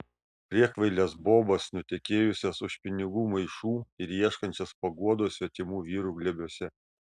priekvailes bobas nutekėjusias už pinigų maišų ir ieškančias paguodos svetimų vyrų glėbiuose